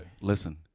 Listen